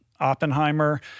Oppenheimer